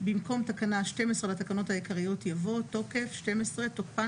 "תיקון תקנה 12 במקום תקנה 12 לתקנות העיקריות יבוא: "תוקף 12. תוקפן